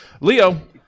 Leo